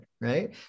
right